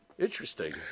Interesting